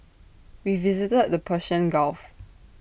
we visited the Persian gulf